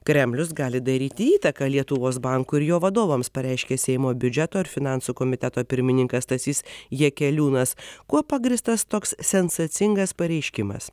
kremlius gali daryti įtaką lietuvos bankui ir jo vadovams pareiškė seimo biudžeto ir finansų komiteto pirmininkas stasys jakeliūnas kuo pagrįstas toks sensacingas pareiškimas